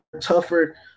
tougher